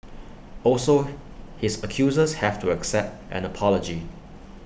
also his accusers have to accept an apology